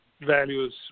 values